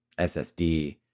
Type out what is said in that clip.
ssd